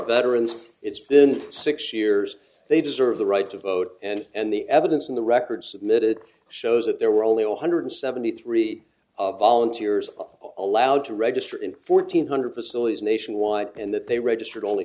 veterans it's been six years they deserve the right to vote and the evidence in the record submitted shows that there were only one hundred seventy three of volunteers all allowed to register in fourteen hundred facilities nationwide and that they registered only